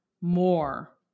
more